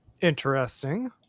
Interesting